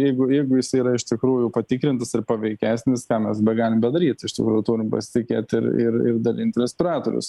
jeigu jeigu jisai yra iš tikrųjų patikrintas ir paveikesnis ką mes begalim bedaryt iš tikrųjų turim pasitikėt ir ir ir dalint respiratorius